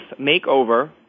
makeover